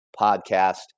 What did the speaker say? podcast